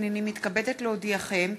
הנני מתכבדת להודיעכם,